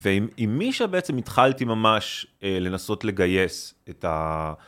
ועם מישה בעצם התחלתי ממש לנסות לגייס את ה...